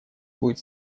будет